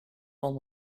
van